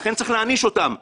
לכן, צריך להעניש אותם.